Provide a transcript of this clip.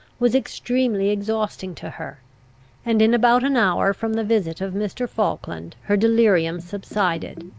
was extremely exhausting to her and, in about an hour from the visit of mr. falkland, her delirium subsided,